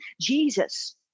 Jesus